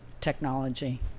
technology